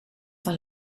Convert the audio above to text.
van